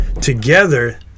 Together